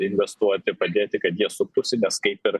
investuoti padėti kad jie supusinės kaip ir